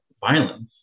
violence